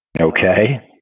Okay